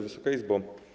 Wysoka Izbo!